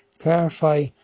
clarify